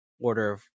order